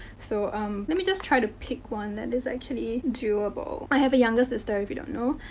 so um let me just try to pick one that is actually doable. i have a younger sister, if you don't know.